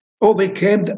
overcame